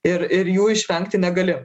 ir ir jų išvengti negali